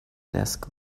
desk